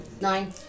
Nine